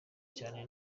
cyane